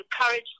encourage